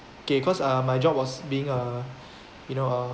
okay cause my job was being uh you know uh